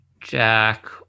jack